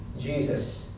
Jesus